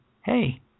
hey